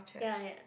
ya